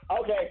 Okay